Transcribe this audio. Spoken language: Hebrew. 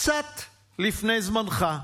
קצת לפני זמנך.